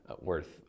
worth